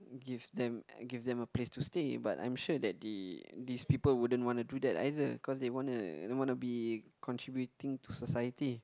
give them give them a place to stay but I'm sure that the this people wouldn't want to do that either cause they wanna they wanna be contributing to society